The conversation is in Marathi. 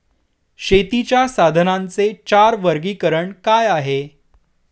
शेतीच्या साधनांचे चार वर्गीकरण काय आहे?